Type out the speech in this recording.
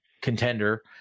contender